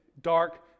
dark